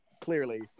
clearly